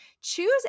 Choose